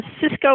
Cisco